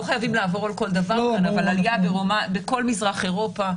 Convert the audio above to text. לא חייבים לעבור על כל דבר כאן אבל רואים עלייה גם בכל מזרח אירופה,